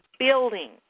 building